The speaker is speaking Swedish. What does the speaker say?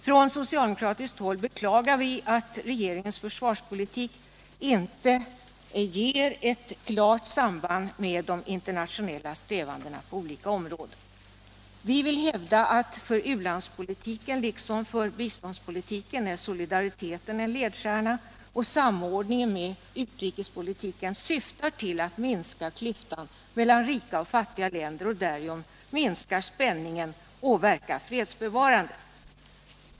Från socialdemokratiskt håll beklagar vi att regeringens försvarspolitik inte står i klart samband med internationella strävanden på olika områden. Vi vill hävda att för u-landspolitiken liksom för biståndspolitiken är solidariteten en ledstjärna, och samordningen med utrikespolitiken syftar till att minska klyftan mellan rika och fattiga länder och därigenom minska spänningen samt verka fredsbevarande.